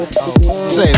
Say